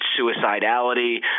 suicidality